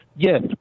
Yes